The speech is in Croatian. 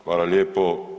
Hvala lijepo.